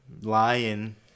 Lion